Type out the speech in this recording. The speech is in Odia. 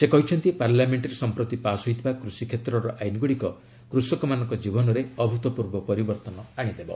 ସେ କହିଛନ୍ତି ପାର୍ଲାମେଣ୍ଟରେ ସମ୍ପ୍ରତି ପାସ୍ ହୋଇଥିବା କୃଷି କ୍ଷେତ୍ରର ଆଇନ୍ଗୁଡ଼ିକ କୃଷକମାନଙ୍କ କୀବନରେ ଅଭୂତପୂର୍ବ ପରିବର୍ଭନ ଆଣିବ